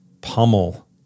pummel